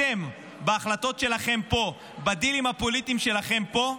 אתם, בהחלטות שלכם פה, בדילים הפוליטיים שלכם פה,